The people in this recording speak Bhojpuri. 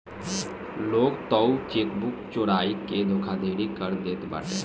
लोग तअ चेकबुक चोराई के धोखाधड़ी कर देत बाटे